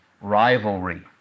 rivalry